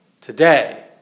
today